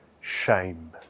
shame